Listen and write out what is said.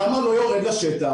למה לא יורד לשטח?